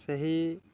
ସେହି